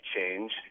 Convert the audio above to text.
change